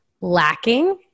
lacking